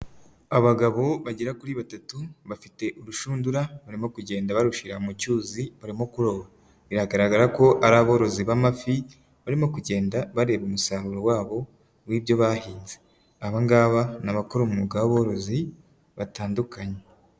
Abagabo bagera kuri batatu, bafite urushundura barimo kugenda barushira mu cyuzi baramo kuroba. Biragaragara ko ari aborozi b'amafi, barimo kugenda bareba umusaruro wabo w'ibyo bahinze. abangaba ni abakora umwuga w'aborozi batandukanye.